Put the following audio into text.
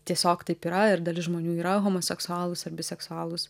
tiesiog taip yra ir dalis žmonių yra homoseksualūs ar biseksualūs